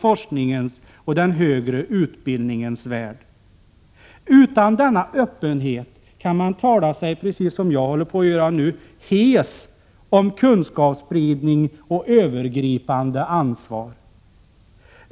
forskningens och den högre utbildningens värld främjar öppenhet. Utan denna öppenhet kan man, precis som jag håller på att göra nu, tala sig hes om kunskapsspridning och övergripande ansvar.